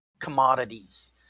commodities